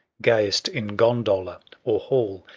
gayest in gondola or hall.